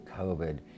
COVID